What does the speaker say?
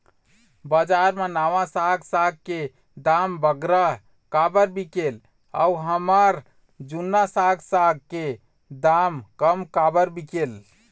बजार मा नावा साग साग के दाम बगरा काबर बिकेल अऊ हमर जूना साग साग के दाम कम काबर बिकेल?